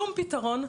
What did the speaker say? שום פיתרון.